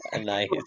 Nice